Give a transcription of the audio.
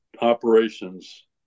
operations